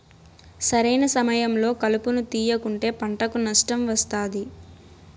సరైన సమయంలో కలుపును తేయకుంటే పంటకు నష్టం వస్తాది